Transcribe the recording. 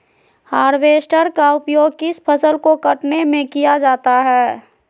Harvester का उपयोग किस फसल को कटने में किया जाता है?